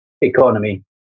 economy